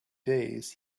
days